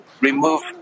remove